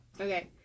okay